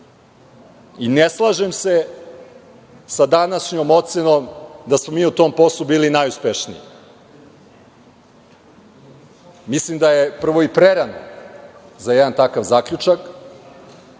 i ne slažem se sa današnjom ocenom da smo mi u tom poslu bili najuspešniji. Mislim da je prvo i prerano za jedan takav zaključak,